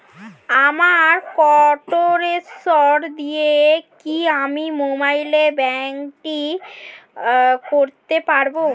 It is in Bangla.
আমার কন্ঠস্বর দিয়ে কি আমি মোবাইলে ব্যাংকিং করতে পারবো?